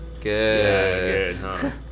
Good